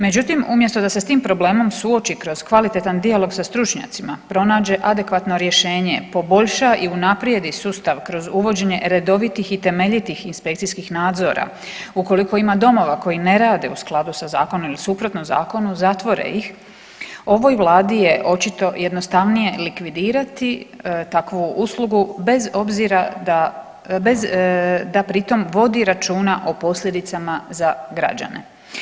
Međutim, umjesto da se s tim problemom suoči kroz kvalitetan dijalog sa stručnjacima, pronađe adekvatno rješenje, poboljša i unaprijedi sustav kroz uvođenje redovitih i temeljitih inspekcijskih nadzora, ukoliko ima domova koji ne rade u skladu sa zakonom ili suprotno zakonu zatvore ih ovoj Vladi je očito jednostavnije likvidirati takvu uslugu bez obzira da, bez da pri tom vodi računa o posljedicama za građane.